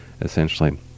essentially